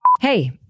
Hey